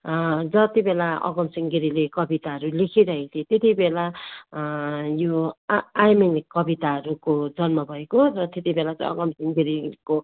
जति बेला अगमसिंह गिरीले कविताहरू लेखिरहेको थियो त्यति बेला यो आ आयमेली कविताहरूको जन्म भएको र तेति बेला चैँ अगमसिंह गिरीको